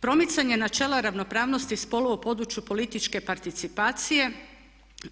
Promicanje načela ravnopravnosti spolova u području političke participacije